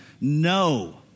No